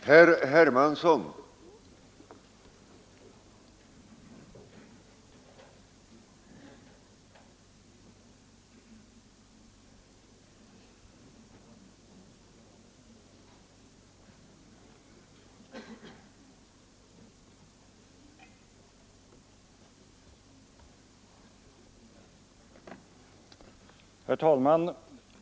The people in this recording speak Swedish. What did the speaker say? Herr talman!